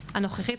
הנוכחית,